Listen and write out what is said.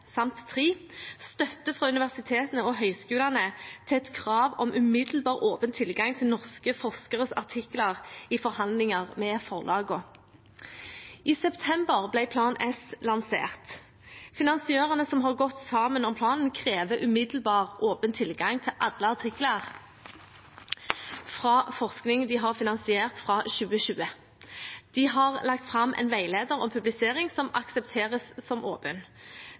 støtte fra universitetene og høyskolene til et krav om umiddelbar åpen tilgang til norske forskeres artikler i forhandlinger med forlagene. I september ble Plan S lansert. Finansiørene som har gått sammen om planen, krever umiddelbar åpen tilgang til alle artikler fra forskning de har finansiert fra 2020. De har lagt fram en veileder om publisering som aksepteres som åpen: